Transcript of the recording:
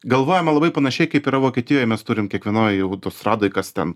galvojama labai panašiai kaip yra vokietijoj mes turim kiekvienoj autostradoj kas ten